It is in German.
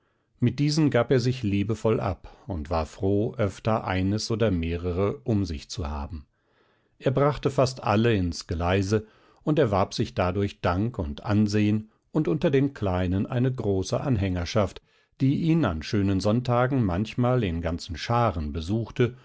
mit diesen gab er sich liebevoll ab und war froh öfter eines oder mehrere um sich zu haben er brachte fast alle ins geleise und erwarb sich dadurch dank und ansehen und unter den kleinen eine große anhängerschaft die ihn an schönen sonntagen manchmal in ganzen scharen besuchte